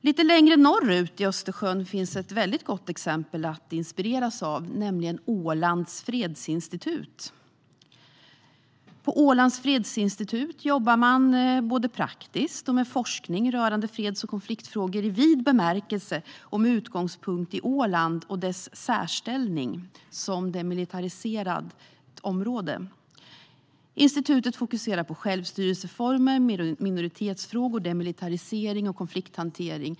Lite längre norrut i Östersjön finns ett gott exempel att inspireras av, nämligen Ålands fredsinstitut. Där jobbar man både praktiskt och med forskning rörande freds och konfliktfrågor i vid bemärkelse och med utgångspunkt i Ålands särställning som demilitariserat område. Institutet fokuserar på självstyrelseformer, minoritetsfrågor, demilitarisering och konflikthantering.